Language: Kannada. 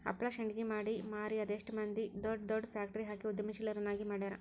ಹಪ್ಳಾ ಶಾಂಡ್ಗಿ ಮಾಡಿ ಮಾರಿ ಅದೆಷ್ಟ್ ಮಂದಿ ದೊಡ್ ದೊಡ್ ಫ್ಯಾಕ್ಟ್ರಿ ಹಾಕಿ ಉದ್ಯಮಶೇಲರನ್ನಾಗಿ ಮಾಡ್ಯಾರ